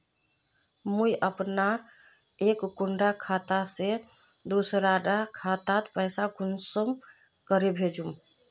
मुई अपना एक कुंडा खाता से दूसरा डा खातात पैसा कुंसम करे भेजुम?